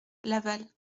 laval